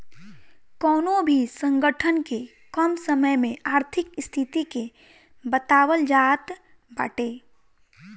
कवनो भी संगठन के कम समय में आर्थिक स्थिति के बतावल जात बाटे